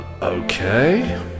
Okay